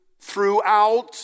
throughout